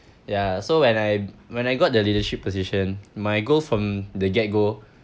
ya so when I when I got the leadership position my goal from the get go